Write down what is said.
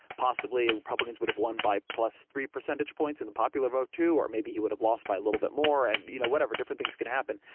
possibly ah republicans would have won by plus three percentage points in the popular vote too, or maybe he would have lost by a little bit more, and you know different things can happen.